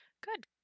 Good